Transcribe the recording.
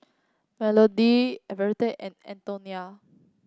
Melody Everette and Antonia